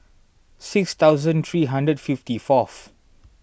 six thousand three hundred fifty fourth